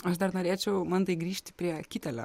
aš dar norėčiau man tai grįžti prie kitelio